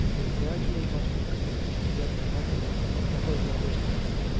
and gradually mustered courage to break the envelope of her lover's letter.